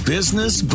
Business